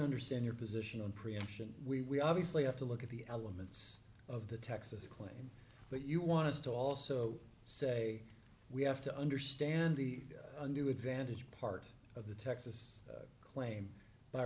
understand your position on preemption we obviously have to look at the elements of the texas claim that you want to also say we have to understand the undue advantage part of the texas claim by